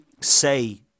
say